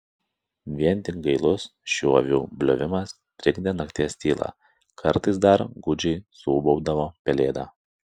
vien tik gailus šių avių bliovimas trikdė nakties tylą kartais dar gūdžiai suūbaudavo pelėda